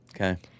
Okay